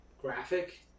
graphic